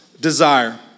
desire